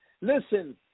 listen